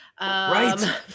Right